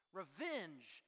revenge